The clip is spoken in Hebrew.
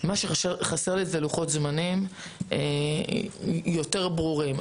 חסר לי לוחות זמנים יותר ברורים.